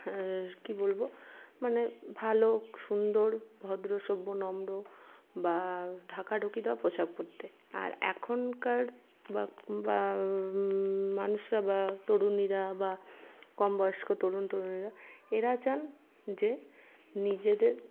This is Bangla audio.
কি বলবো মানে ভালো সুন্দর ভদ্র সভ্য নম্র বা ঢাকাঢুকি দেওয়া পোশাক পড়তে আর এখনকার বা মানুষরা বা তরুণীরা বা কম বয়স্ক তরুণ তরুণীরা এরা চান যে নিজেদের